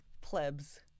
Plebs